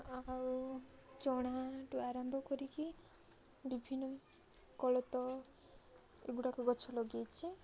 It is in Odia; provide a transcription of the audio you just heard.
ଆଉ ଚଣାଠୁ ଆରମ୍ଭ କରିକି ବିଭିନ୍ନ କୋଳଥ ଏଗୁଡ଼ାକ ଗଛ ଲଗେଇଛି